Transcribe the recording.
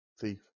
thief